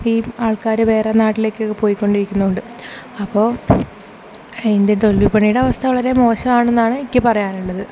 ഈ ആൾക്കാർ വേറെ നാട്ടിലേക്കൊക്കെ പോയ് കൊണ്ടിരിക്കുന്നോണ്ട് അപ്പോൾ ഇന്ത്യൻ തൊഴിൽ വിപണിയുടെ അവസ്ഥ വളരെ മോശമാണെന്നാണ് എനിക്ക് പറയാനുള്ളത്